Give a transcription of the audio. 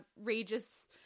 outrageous